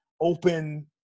Open